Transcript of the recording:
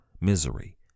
misery